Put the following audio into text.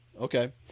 Okay